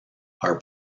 are